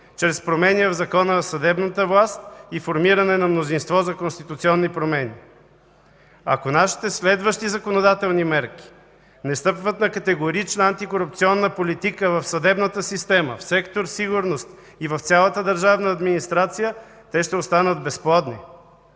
чрез промени в Закона за съдебната власт и формиране на мнозинство за конституционни промени. Ако нашите следващи законодателни мерки не стъпват на категорична антикорупционна политика в съдебната система, в сектор „Сигурност” и в цялата държавна администрация, те ще останат безплодни.